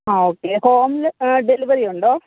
ആ okay home delivery ഉണ്ടോ